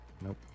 nope